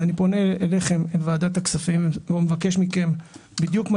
ואני פונה אליכם ועדת הכספים ומבקש מכם בדיוק מה